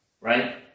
Right